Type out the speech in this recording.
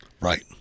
Right